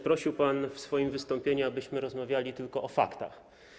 Prosił pan w swoim wystąpieniu, abyśmy rozmawiali tylko o faktach.